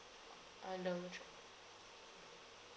a normal trade